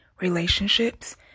relationships